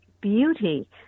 beauty